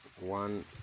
one